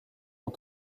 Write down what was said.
ont